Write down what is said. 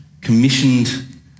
commissioned